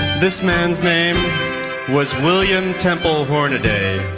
this man's name was william temple hornaday.